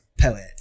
poet